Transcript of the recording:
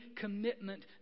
commitment